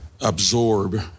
absorb